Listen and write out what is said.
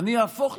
אני אהפוך,